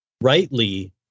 rightly